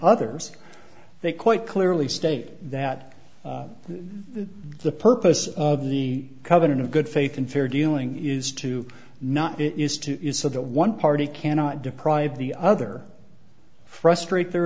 others they quite clearly state that this the purpose of the covenant of good faith and fair dealing is to not get used to it so that one party cannot deprive the other frustrate their